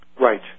Right